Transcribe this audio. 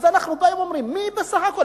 אז אנחנו באים ואומרים: מי בסך הכול,